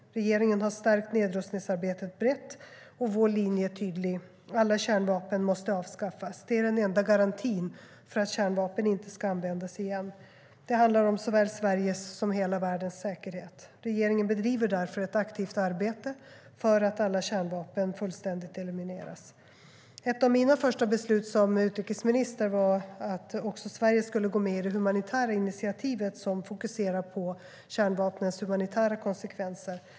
Regeringen har stärkt nedrustningsarbetet brett. Vår linje är tydlig: Alla kärnvapen måste avskaffas. Det är den enda garantin för att kärnvapen inte ska användas igen. Det handlar om såväl Sveriges som hela världens säkerhet. Regeringen bedriver därför ett aktivt arbete för att alla kärnvapen fullständigt elimineras. Ett av mina första beslut som utrikesminister var att också Sverige skulle gå med i det humanitära initiativet, som fokuserar på kärnvapnens humanitära konsekvenser.